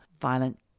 violent